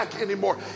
anymore